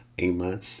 Amen